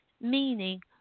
meaning